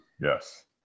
Yes